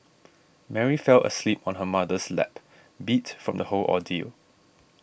Mary fell asleep on her mother's lap beat from the whole ordeal